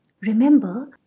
remember